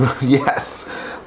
Yes